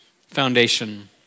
foundation